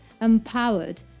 empowered